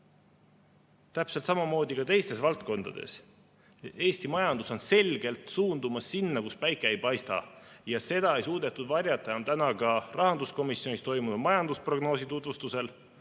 samamoodi on ka teistes valdkondades. Eesti majandus on selgelt suundumas sinna, kus päike ei paista, ja seda ei suudetud varjata täna ka rahanduskomisjonis toimunud majandusprognoosi tutvustusel.